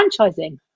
franchising